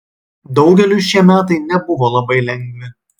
daugeliui šie metai nebuvo labai lengvi